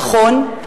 נכון,